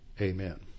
amen